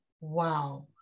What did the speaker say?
Wow